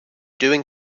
doing